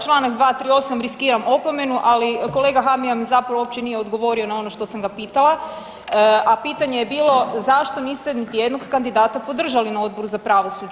Čl. 238., riskiram opomenu, ali kolega Habijan mi zapravo uopće nije odgovorio na ono što sam ga pitala, a pitanje je bilo zašto niste niti jednog kandidata podržali na Odboru za pravosuđe?